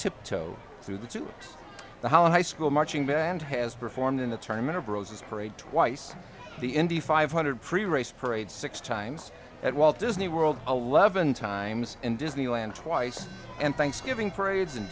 through the to the how a high school marching band has performed in the tournament of roses parade twice the indy five hundred prix race parades six times at walt disney world eleven times and disneyland twice and thanksgiving parades in